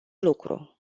lucru